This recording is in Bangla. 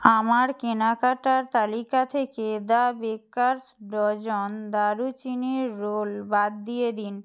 আমার কেনাকাটার তালিকা থেকে দ্য বেকারস ডজন দারুচিনির রোল বাদ দিয়ে দিন